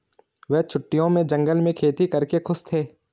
वे छुट्टियों में जंगल में खेती करके खुश थे